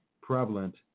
prevalent